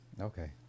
Okay